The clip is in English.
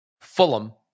Fulham